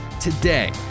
Today